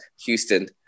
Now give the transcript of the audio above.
Houston